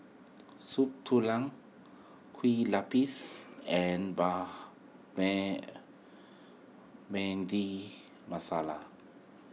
Soup Tulang Kue Lupis and Masala